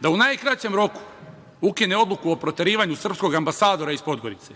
da u najkraćem roku ukine odluku o proterivanju srpskog ambasadora iz Podgorice